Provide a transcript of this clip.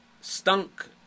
Stunk